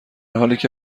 حالیکه